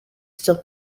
still